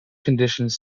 conditions